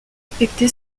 affecté